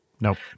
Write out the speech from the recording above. Nope